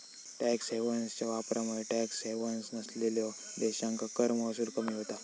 tax हेव्हन्सच्या वापरामुळे tax havens नसलेल्यो देशांका कर महसूल कमी होता